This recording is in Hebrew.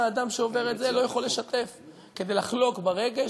אדם שעובר את זה לא יכול לשתף כדי לחלוק ברגש,